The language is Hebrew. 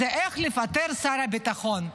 איך לפטר את שר הביטחון.